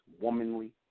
womanly